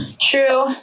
true